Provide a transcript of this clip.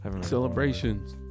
Celebrations